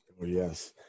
Yes